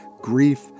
grief